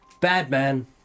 Batman